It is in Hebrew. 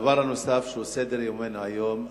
הדבר הנוסף שעל סדר-יומנו היום,